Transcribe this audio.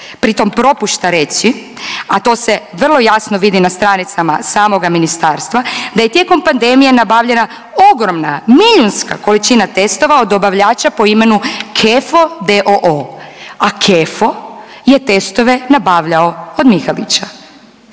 pritom propušta reći, a to se vrlo jasno vidi na stranicama samoga ministarstva da je tijekom pandemije nabavljena ogromna, milijunska količina testova od dobavljača po imenu Kefo d.o.o., Kefo je testove nabavljao od Mihalića